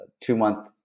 two-month